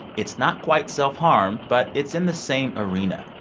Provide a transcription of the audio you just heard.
it's not quite self-harm, but it's in the same arena.